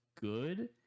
good